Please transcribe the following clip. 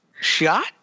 shot